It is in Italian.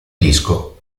disco